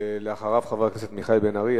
ואחריו, חבר הכנסת מיכאל בן-ארי.